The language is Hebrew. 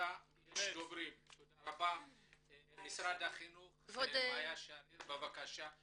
משרד החינוך מאיה שריר בבקשה.